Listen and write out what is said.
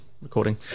recording